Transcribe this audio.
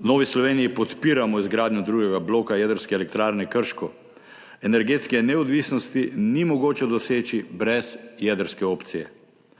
V Novi Sloveniji podpiramo izgradnjo drugega bloka jedrske elektrarne Krško, energetske neodvisnosti ni mogoče doseči brez jedrske opcije.